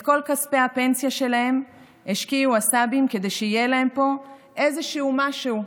את כל כספי הפנסיה שלהם השקיעו הסבים כדי שיהיה להם פה איזשהו משהו.